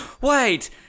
Wait